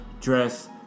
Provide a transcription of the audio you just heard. dress